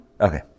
Okay